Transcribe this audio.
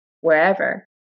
wherever